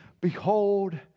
behold